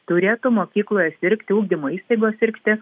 turėtų mokykloje sirgti ugdymo įstaigoj sirgti